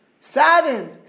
saddened